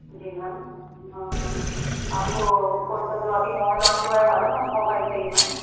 जी ma'am आपको कौनसा जो अभी नया लॉन्च हुआ है वह वाला मोबाइल चाहिए मैम